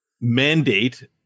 mandate